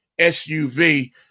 SUV